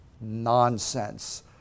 nonsense